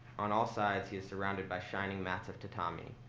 on all sides, he is surrounded by shining mats of tatami,